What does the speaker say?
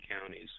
counties